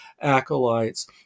acolytes